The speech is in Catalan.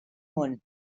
món